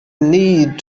need